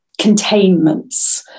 containments